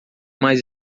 mais